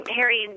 Harry